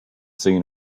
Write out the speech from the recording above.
seen